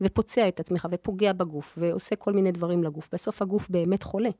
ופוצע את עצמך, ופוגע בגוף, ועושה כל מיני דברים לגוף. בסוף הגוף באמת חולה.